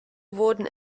wurden